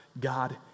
God